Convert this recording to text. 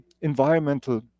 environmental